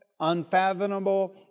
Unfathomable